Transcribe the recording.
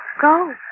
Go